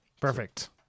Perfect